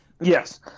Yes